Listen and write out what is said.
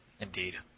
indeed